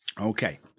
Okay